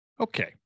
Okay